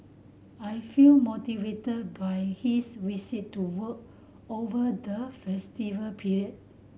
I feel motivated by his visit to work over the festival period